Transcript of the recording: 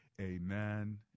amen